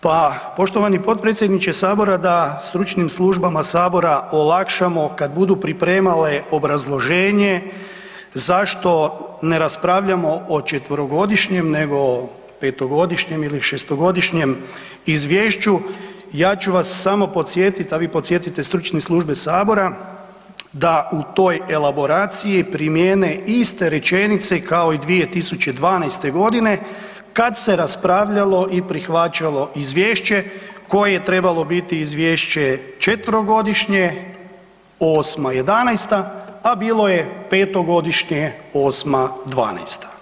Pa poštovani potpredsjedniče Sabora, da stručnim službama Sabora olakšamo kad budu pripremale obrazloženje zašto ne raspravljamo o četverogodišnjem nego o petogodišnjem ili šestogodišnjem izvješću, ja ću vas samo podsjetit a vi podsjetite stručne službe Sabora, da u toj elaboraciji primjene iste rečenice kao i 2012. g. kad se raspravljalo i prihvaćalo izvješće koje je trebalo biti izvješće četverogodišnje, 2008.-2011., a bilo je petogodišnje 2008.-2012.